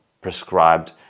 prescribed